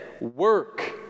work